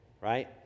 right